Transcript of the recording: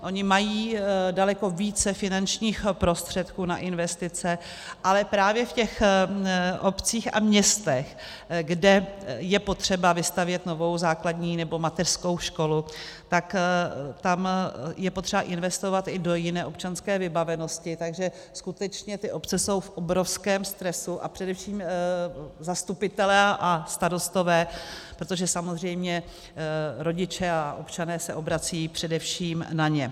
Ony mají daleko více finančních prostředků na investice, ale právě v těch obcích a městech, kde je potřeba vystavět novou základní nebo mateřskou školu, tam je potřeba investovat i do jiné občanské vybavenosti, takže skutečně ty obce jsou v obrovském stresu, a především zastupitelé a starostové, protože samozřejmě rodiče a občané se obracejí především na ně.